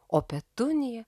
o petunija